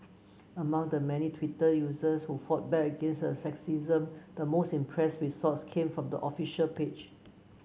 among the many Twitter users who fought back against the sexism the most impress retorts came from the official page